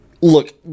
look